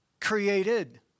created